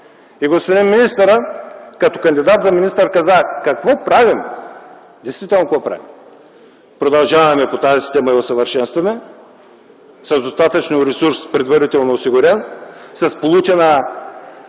Господин министърът като кандидат за министър каза: „Какво правим?”. Действително какво правим? – Продължаваме по тази система и усъвършенстваме с достатъчно предварително осигурен ресурс, с получена